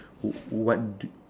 wh~ what do